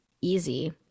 easy